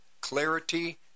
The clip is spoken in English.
clarity